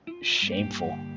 shameful